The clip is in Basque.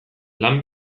lan